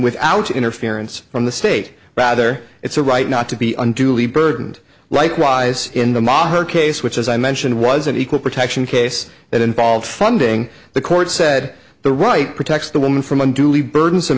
without interference from the state rather it's a right not to be unduly burdened likewise in the moher case which as i mentioned was an equal protection case that involved funding the court said the right protects the woman from unduly